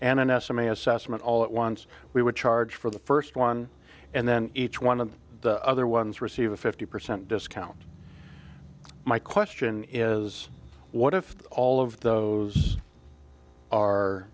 and an estimate assessment all at once we would charge for the first one and then each one of the other ones receive a fifty percent discount my question is what if all of those